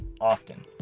often